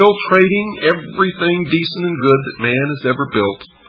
infiltrating everything decent and good that man has ever built,